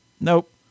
nope